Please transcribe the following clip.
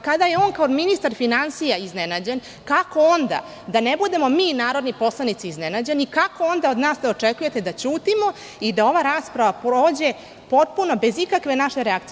Kada je on kao ministar finansija iznenađen kako onda da ne budemo mi, narodni poslanici, iznenađeni, kako onda od nas da očekujete da ćutimo i da ova rasprava prođe potpuno bez ikakve naše reakcije?